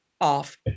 off